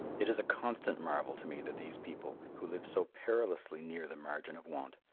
it is a constant marvel to me that these people, who live so perilously near the margin of want,